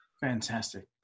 Fantastic